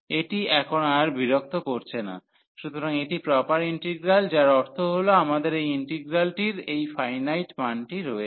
এটি এখন আর বিরক্ত করছে না সুতরাং এটি প্রপার ইন্টিগ্রাল যার অর্থ হল আমাদের এই ইন্টিগ্রালটির এই ফাইনাইট মানটি রয়েছে